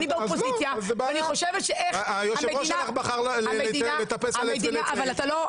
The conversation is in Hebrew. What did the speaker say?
היושב-ראש שלך בחר לטפס על עץ.